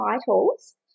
titles